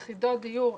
יחידות דיור.